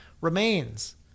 remains